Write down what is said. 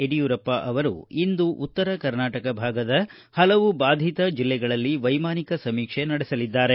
ಯಡಿಯೂರಪ್ಪ ಇಂದು ಉತ್ತರ ಕರ್ನಾಟಕ ಭಾಗದ ಹಲವು ಬಾಧಿತ ಜಿಲ್ಲೆಗಳಲ್ಲಿ ವೈಮಾನಿಕ ಸಮೀಕ್ಷೆ ನಡೆಸಲಿದ್ದಾರೆ